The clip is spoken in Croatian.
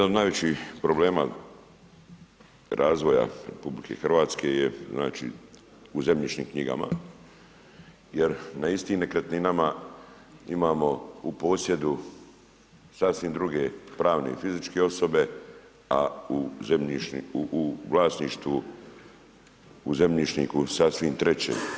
Jedan od najvećih problema razvoja RH, je znači u zemljišnim knjigama jer na istim nekretninama imamo u posjedu sasvim druge pravne i fizičke osobe, a u vlasništvu u zemljišniku sasvim treće.